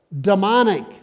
demonic